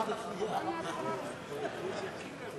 התשע"ב 2011, לדיון מוקדם בוועדת הכנסת נתקבלה.